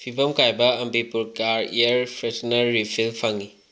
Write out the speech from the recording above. ꯐꯤꯚꯝ ꯀꯥꯏꯕ ꯑꯝꯕꯤꯄꯨꯔ ꯀꯥꯔ ꯏꯌꯥꯔ ꯐ꯭ꯔꯦꯁꯅꯔ ꯔꯤꯐꯤꯜ ꯐꯪꯉꯤ